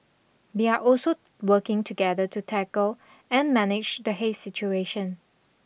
they are also working together to tackle and manage the haze situation